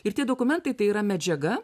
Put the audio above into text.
ir tie dokumentai tai yra medžiaga